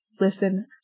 listen